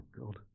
god